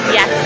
Yes